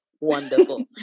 Wonderful